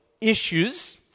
issues